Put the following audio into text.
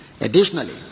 Additionally